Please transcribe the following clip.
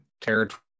territory